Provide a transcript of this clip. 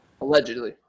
Allegedly